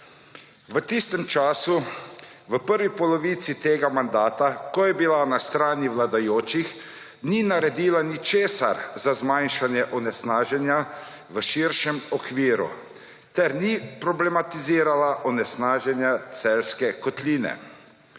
V tistem času, v prvi polovici tega mandata, ko je bila na strani vladajočih, ni naredila ničesar za zmanjšanje onesnaženja v širšem okviru ter ni problematizirala onesnaženja Celjske kotline.